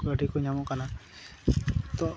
ᱠᱟᱹᱴᱤᱡ ᱠᱚ ᱧᱟᱢᱚᱜ ᱠᱟᱱᱟ ᱛᱚ